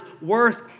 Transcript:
worth